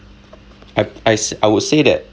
I I s~ I would say that